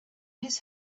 his